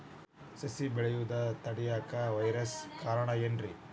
ಸಸಿ ಬೆಳೆಯುದ ತಡಿಯಾಕ ವೈರಸ್ ಕಾರಣ ಏನ್ರಿ?